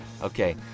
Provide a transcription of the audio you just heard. Okay